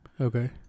Okay